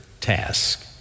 task